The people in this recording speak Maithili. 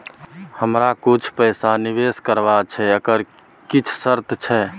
हमरा कुछ पैसा निवेश करबा छै एकर किछ शर्त छै?